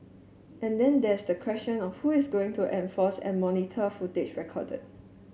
and then there's the question of who is going to enforce and monitor footage recorded